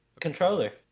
Controller